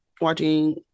watching